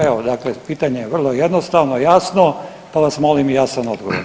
Evo dakle pitanje je vrlo jednostavno, jasno pa vas molim i jasan odgovor.